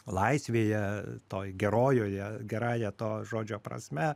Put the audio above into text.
laisvėje toj gerojoje gerąja to žodžio prasme